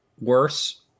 worse